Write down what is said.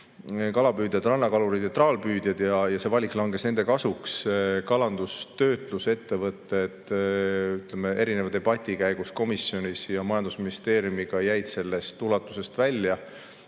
kalapüüdjad, rannakalurid ja traalpüüdjad, ja see valik langes nende kasuks. Kalandustöötlusettevõtted erineva debati käigus komisjonis ja majandusministeeriumiga jäid sellest ulatusest välja.